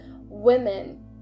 women